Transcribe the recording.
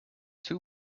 two